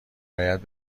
باید